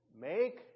make